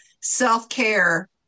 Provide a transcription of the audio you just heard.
self-care